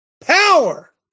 Power